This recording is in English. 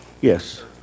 yes